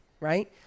right